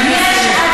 ששש, חברי הכנסת.